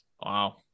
Wow